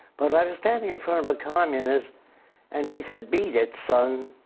but i was standing in front of a communist and he said beat it, son.